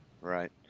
Right